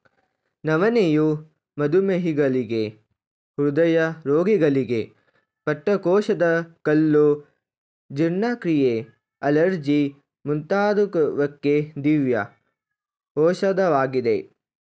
ನವಣೆಯು ಮಧುಮೇಹಿಗಳಿಗೆ, ಹೃದಯ ರೋಗಿಗಳಿಗೆ, ಪಿತ್ತಕೋಶದ ಕಲ್ಲು, ಜೀರ್ಣಕ್ರಿಯೆ, ಅಲರ್ಜಿ ಮುಂತಾದುವಕ್ಕೆ ದಿವ್ಯ ಔಷಧವಾಗಿದೆ